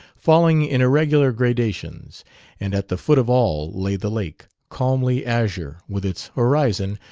falling in irregular gradations and at the foot of all lay the lake, calmly azure, with its horizon,